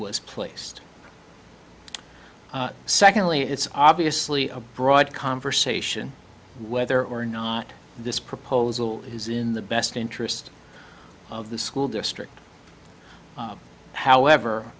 was placed secondly it's obviously a broad conversation whether or not this proposal is in the best interest of the school district however